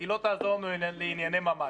היא לא תעזור לענייני ממ"ד.